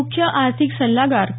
मुख्य आर्थिक सल्लागार के